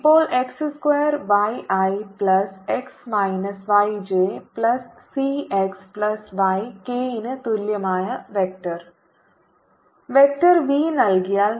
ഇപ്പോൾ x square y i plus x minus y j plus c x plus y k ന് തുല്യമായ vector v നൽകിയാൽ